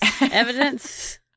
Evidence